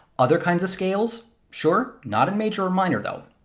other kinds of scales? sure. not major or minor, though.